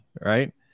right